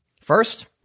First